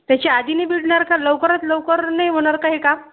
त्याच्या आधी नाही मिळणार का लवकरात लवकर नाही होणार का हे काम